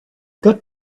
got